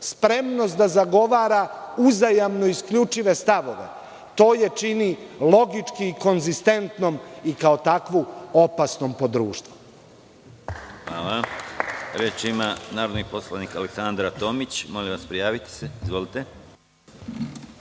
spremnost da zagovara uzajamno isključive stavove. To je čini logički konzistentnom i, kao takvu, opasnom po društvo.